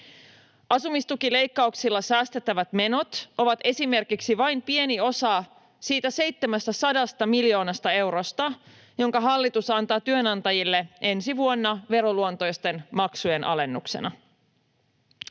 Asumistukileikkauksilla säästettävät menot ovat vain pieni osa esimerkiksi siitä 700 miljoonasta eurosta, jonka hallitus antaa työnantajille ensi vuonna veroluontoisten maksujen alennuksena.